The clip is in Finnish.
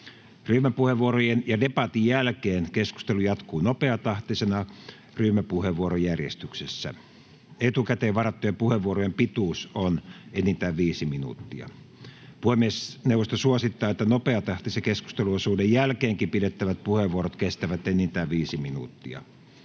Ryhmäpuheenvuorojen ja debatin jälkeen keskustelu jatkuu nopeatahtisena ryhmäpuheenvuorojärjestyksessä. Etukäteen varattujen puheenvuorojen pituus on enintään viisi minuuttia. Puhemiesneuvosto suosittaa, että nopeatahtisen keskusteluosuuden jälkeenkin pidettävät puheenvuorot kestävät enintään viisi minuuttia.